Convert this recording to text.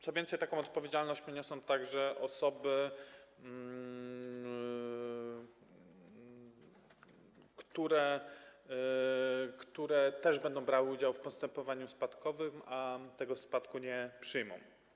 Co więcej, taką odpowiedzialność poniosą także osoby, które też będą brały udział w postępowaniu spadkowym, a tego spadku nie przyjmą.